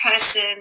person